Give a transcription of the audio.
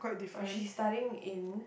but she's studying in